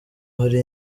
hari